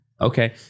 Okay